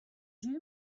you